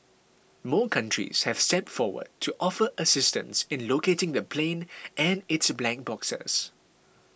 more countries have stepped forward to offer assistance in locating the plane and its black boxes